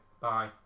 Bye